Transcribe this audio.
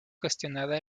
cuestionada